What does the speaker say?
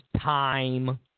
Time